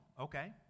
Okay